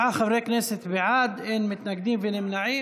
27 חברי כנסת בעד, אין מתנגדים ואין נמנעים.